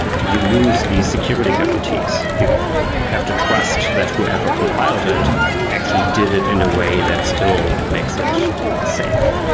you lose these security guarantees. you have to trust that whoever compiled it actually did it in a way that still makes it safe.